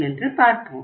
என்று பார்ப்போம்